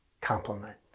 compliment